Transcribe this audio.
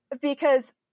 because-